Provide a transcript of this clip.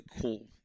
cool